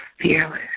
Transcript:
fearless